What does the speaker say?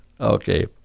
Okay